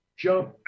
jump